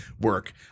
work